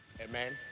amen